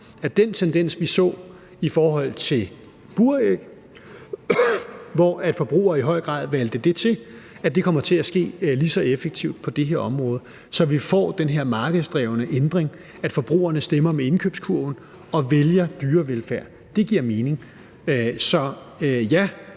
at den tendens, vi så i forhold til buræg, hvor forbrugere i høj grad valgte det fra, kommer til at vise sig lige så effektivt på det her område, så vi får den her markedsdrevne ændring, hvor forbrugerne stemmer med indkøbskurven og vælger dyrevelfærd. Det giver mening. Så ja,